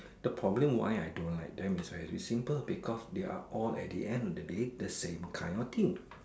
the problem why I don't like them is very simple because they are all at the end of the day the same kind of thing